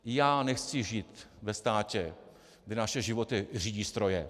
Já nechci žít ve státě, kde naše životy řídí stroje.